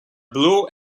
blue